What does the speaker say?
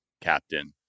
captain